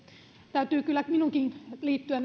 täytyy kyllä minunkin liittyä